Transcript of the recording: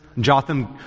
Jotham